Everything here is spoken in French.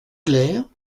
clair